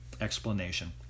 explanation